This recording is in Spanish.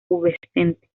pubescente